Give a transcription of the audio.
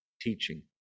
teaching